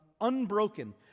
unbroken